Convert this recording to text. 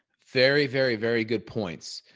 very, very, very good points.